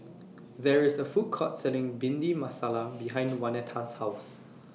There IS A Food Court Selling Bhindi Masala behind Waneta's House